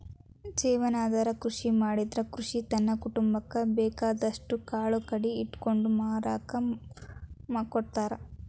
ಜೇವನಾಧಾರ ಕೃಷಿ ಮಾಡಿದ್ರ ರೈತ ತನ್ನ ಕುಟುಂಬಕ್ಕ ಬೇಕಾದಷ್ಟ್ ಕಾಳು ಕಡಿ ಇಟ್ಕೊಂಡು ಮಾರಾಕ ಕೊಡ್ತಾರ